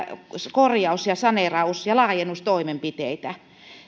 korjaus ja saneeraus ja laajennustoimenpiteitä